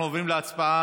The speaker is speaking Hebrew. אנחנו עוברים להצבעה.